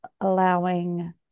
allowing